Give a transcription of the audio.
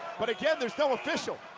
but again, there's no official,